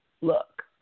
look